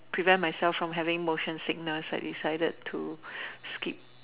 prevent myself from having motion sickness I decided to skip